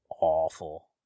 awful